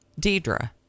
Deidre